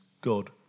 God